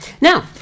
now